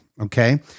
okay